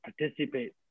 participate